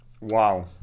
Wow